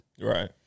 right